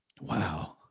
Wow